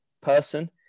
person